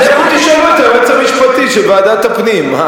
אז לכו תשאלו את היועץ המשפטי של ועדת הפנים.